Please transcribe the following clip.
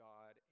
God